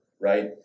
right